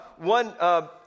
one